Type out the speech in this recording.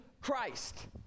Christ